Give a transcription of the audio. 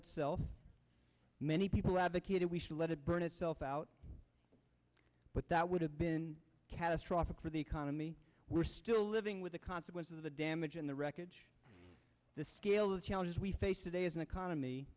itself many people advocate it we should let it burn itself out but that would have been catastrophic for the economy we're still living with the consequences of the damage in the wreckage the scale of challenges we face today as an economy